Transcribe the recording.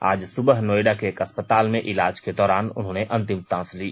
आज सुबह नोएडा के एक अस्पताल में इलाज के दौरान उन्होने अंतिम सांस ली